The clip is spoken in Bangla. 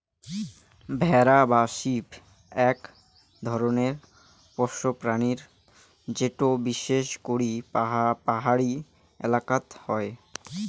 ভেড়া বা শিপ আক ধরণের পোষ্য প্রাণী যেটো বিশেষ করি পাহাড়ি এলাকাত হই